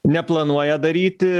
neplanuoja daryti